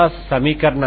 Tt 2Xx